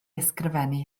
ysgrifennu